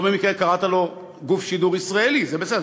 לא במקרה קראת לו "גוף שידור ישראלי" זה בסדר,